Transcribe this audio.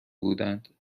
بودند